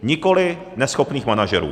Nikoli neschopných manažerů.